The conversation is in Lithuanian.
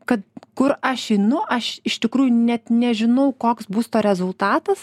kad kur aš einu aš iš tikrųjų net nežinau koks bus to rezultatas